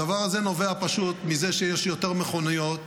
הדבר הזה נובע פשוט מזה שיש יותר מכוניות,